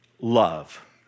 love